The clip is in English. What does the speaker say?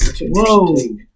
Whoa